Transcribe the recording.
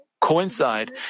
coincide